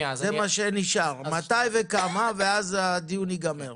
נשארו רק השאלות: "מתי וכמה" ואז הדיון ייגמר.